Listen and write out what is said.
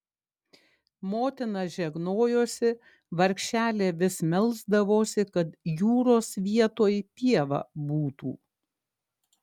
motina žegnojosi vargšelė vis melsdavosi kad jūros vietoj pieva būtų